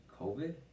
COVID